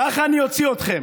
ככה אני אוציא אתכם.